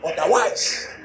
otherwise